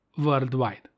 Worldwide